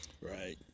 Right